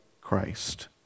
Christ